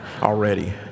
already